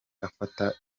afata